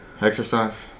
exercise